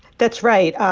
that's right.